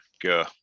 go